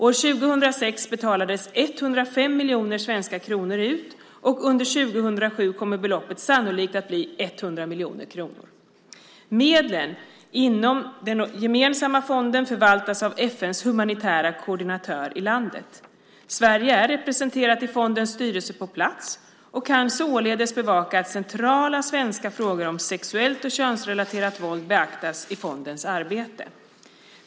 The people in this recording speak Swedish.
År 2006 betalades 105 miljoner svenska kronor ut, av omkring totalt 170 miljoner kronor i humanitärt bistånd, och under 2007 kommer beloppet sannolikt att bli 100 miljoner kronor, och den totala volymen kommer sannolikt att kvarstå. Medlen inom den gemensamma fonden förvaltas av FN:s humanitära koordinatör i landet. Sverige är representerat i fondens styrelse på plats och kan således bevaka att centrala svenska frågor som sexuellt och könsrelaterat våld beaktas i fondens arbete.